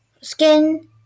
Skin